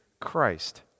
Christ